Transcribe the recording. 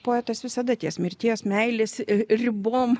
poetas visada ties mirties meilės ribom